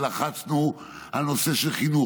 ולחצנו על נושא החינוך,